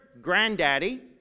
granddaddy